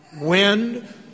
wind